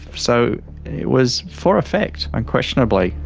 so it was for effect, unquestionably,